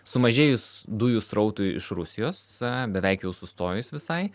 sumažėjus dujų srautui iš rusijos beveik jau sustojus visai